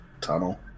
tunnel